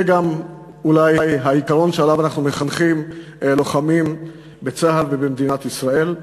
זה גם אולי העיקרון שעליו אנחנו מחנכים לוחמים בצה"ל ובמדינת ישראל,